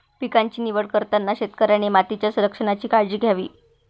पिकांची निवड करताना शेतकऱ्याने मातीच्या संरक्षणाची काळजी घ्यावी